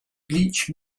bleach